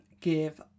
give